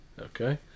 Okay